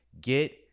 Get